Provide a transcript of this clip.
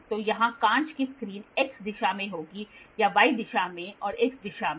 तो यहाँ कांच की स्क्रीन x दिशा में होगी या y दिशा में और x दिशा में